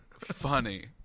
funny